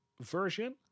version